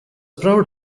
proud